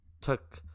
took